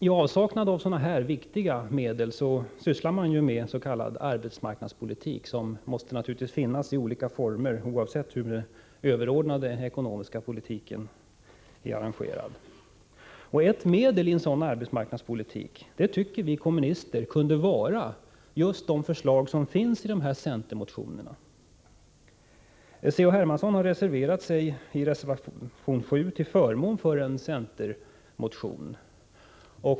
I avsaknad av sådana viktiga medel sysslar man med s.k. arbetsmarknadspolitik, som naturligtvis måste finnas i olika former oavsett hur den överordnade ekonomiska politiken ser ut. Ett medel i en sådan arbetsmarknadspolitik tycker vi kommunister kunde vara just de förslag som finns i centermotionerna. C.-H. Hermansson har i reservation 7 reserverat sig till förmån för en centermotion.